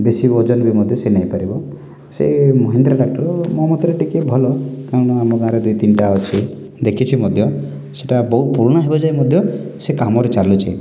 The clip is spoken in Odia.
ବେଶି ଓଜନ ବି ମଧ୍ୟ ସିଏ ନେଇପାରିବ ସେଇ ମହିନ୍ଦ୍ରା ଟ୍ରାକ୍ଟର୍ ମୋ ମତରେ ଟିକେ ଭଲ କାରଣ ଆମ ଗାଁରେ ଦୁଇ ତିନିଟା ଅଛି ଦେଖିଛି ମଧ୍ୟ ସେଇଟା ବହୁ ପୁରୁଣା ହେବାଯାଏ ମଧ୍ୟ ସେ କାମରେ ଚାଲୁଛି